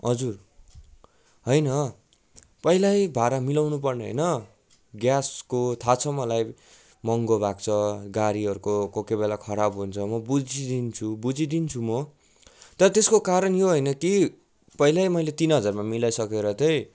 हजुर होइन पहिल्यै भाडा मिलाउनु पर्ने होइन ग्यासको थाहा छ मलाई महँगो भएको छ गाडीहरूको कोही कोही बेला खराब हुन्छ म बुझिदिन्छु बुझिदिन्छु म तर त्यसको कारण यो होइन कि पहिल्यै मैले तिन हजारमा मिलाइसकेर चाहिँ